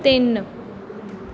ਤਿੰਨ